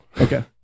okay